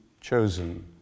chosen